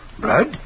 Blood